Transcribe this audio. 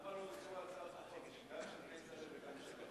למה לא